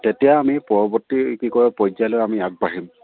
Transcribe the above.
তেতিয়া আমি পৰৱৰ্তী কি কয় পৰ্যায়লৈ আমি আগবাঢ়িম